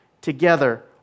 together